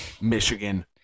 Michigan